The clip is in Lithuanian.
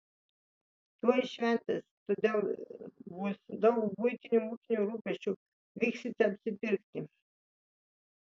tuoj šventės todėl bus daug buitinių ūkinių rūpesčių vyksite apsipirkti